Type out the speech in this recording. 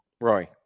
Roy